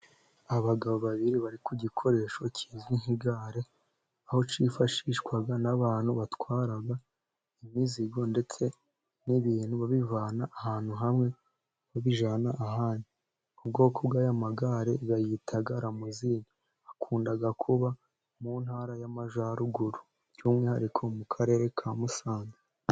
Abagabo babiri bari ku gikoresho kizwi nk'igare, aho cyifashishwa n'abantu batwara imizigo ndetse n'ibintu, babivana ahantu hamwe babijyana ahandi. Ubwoko bw'aya magare bayita ramozine. Akunda kuba mu ntara y'amajyaruguru, by'umwihariko mu karere ka Musanze.